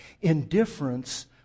Indifference